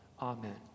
Amen